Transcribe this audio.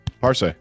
Parse